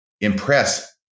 impress